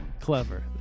Clever